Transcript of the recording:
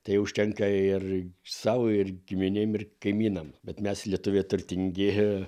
tai užtenka ir sau ir giminėm ir kaimynams bet mes lietuviai turtingi